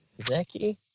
Zachy